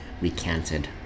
recanted